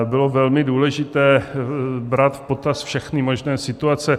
Bylo velmi důležité brát v potaz všechny možné situace.